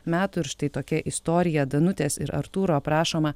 metų ir štai tokia istorija danutės ir artūro aprašoma